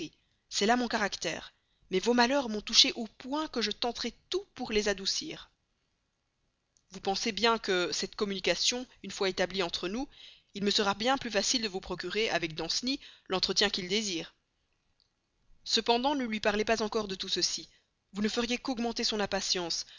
c'est là mon caractère mais vos malheurs m'ont touché au point que je tenterai tout pour les adoucir vous pensez bien que cette communication une fois établie entre nous il me sera bien plus facile de vous procurer avec danceny l'entretien qu'il désire cependant ne lui parlez pas encore de tout ceci vous ne feriez qu'augmenter son impatience